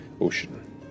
ocean